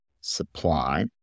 supply